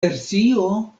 versio